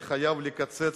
אני חייב לקצץ,